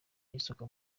yisuka